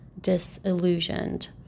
disillusioned